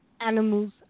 animals